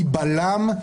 היא בלם,